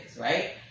right